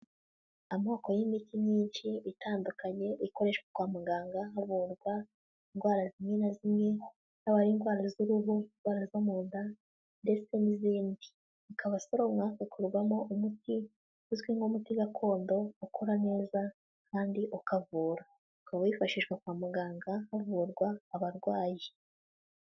Amoko y'imiti myinshi itandukanye ikoreshwa kwa muganga havurwa indwara zimwe na zimwe, yaba ari indwara z'uruhu, indwara zo mu nda ndetse n'izindi, ikaba isoromwa, igakorwarwamo umuti uzwi nk'umuti gakondo ukora neza kandi ukavura, ukaba wifashishwa kwa muganga havurwa abarwayi.